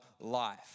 life